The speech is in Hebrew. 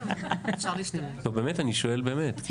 אני שואל באמת.